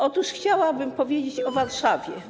Otóż chciałabym powiedzieć o Warszawie.